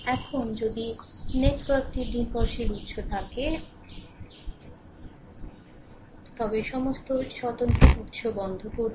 এখন যদি নেটওয়ার্কটির নির্ভরশীল উৎস থাকে তবে সমস্ত স্বতন্ত্র উৎস বন্ধ করুন